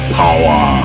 power